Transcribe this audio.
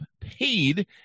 paid